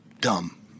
dumb